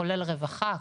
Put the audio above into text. כולל רווחה,